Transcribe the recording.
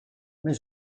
més